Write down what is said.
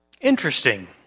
interesting